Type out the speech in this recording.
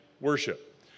worship